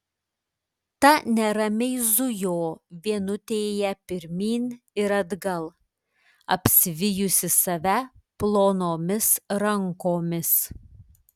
ta neramiai zujo vienutėje pirmyn ir atgal apsivijusi save plonomis rankomis